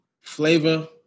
Flavor